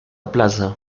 plaza